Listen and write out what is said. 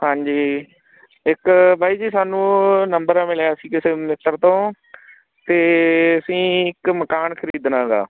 ਹਾਂਜੀ ਇੱਕ ਬਾਈ ਜੀ ਸਾਨੂੰ ਨੰਬਰ ਮਿਲਿਆ ਸੀ ਕਿਸੇ ਮਿੱਤਰ ਤੋਂ ਅਤੇ ਅਸੀਂ ਇੱਕ ਮਕਾਨ ਖਰੀਦਣਾ ਗਾ